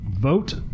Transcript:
Vote